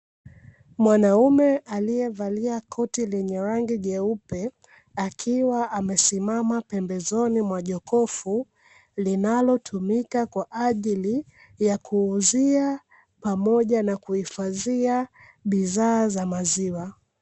Mwanaume aliye valia koti lenye rangi nyeupe, akiwa amesimama pembeni ya jokofu linalotumika kwa ajili ya kuuziapamoja na kuhifadhia bidhaa za maziwa.